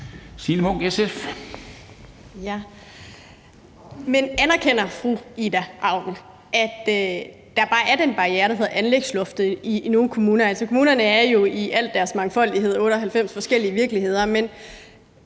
Signe Munk (SF): Jamen anerkender fru Ida Auken, at der i nogle kommuner bare er den barriere, der hedder anlægsloftet? Altså, kommunerne er jo i al deres mangfoldighed 98 forskellige virkeligheder, men